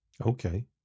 okay